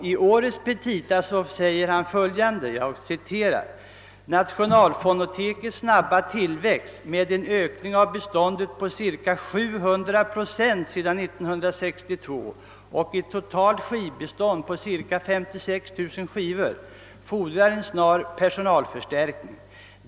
I årets petita säger han fölande: »Nationalfonotekets snabba tillväxt, med en ökning av beståndet på cirka 700 procent sedan 1962 och ett totalt skivbestånd på cirka 56 000 skivor, fordrar en snar personalförstärkning.